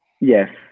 Yes